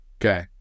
Okay